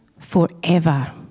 forever